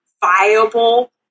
viable